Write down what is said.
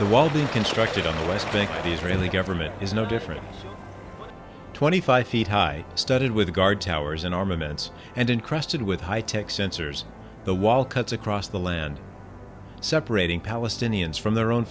the wall being constructed the rest of the israeli government is no different twenty five feet high studded with guard towers and armaments and incrusted with high tech sensors the wall cuts across the land separating palestinians from their own